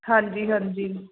ਹਾਂਜੀ ਹਾਂਜੀ